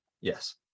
yes